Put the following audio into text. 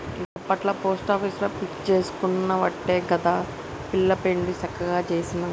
గప్పట్ల పోస్టాపీసుల ఫిక్స్ జేసుకునవట్టే గదా పిల్ల పెండ్లి సక్కగ జేసిన